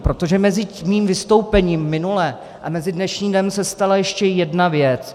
Protože mezi mým vystoupením minule a mezi dnešním dnem se stala ještě jedna věc.